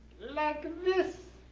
like this.